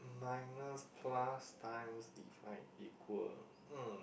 minus plus times divide equal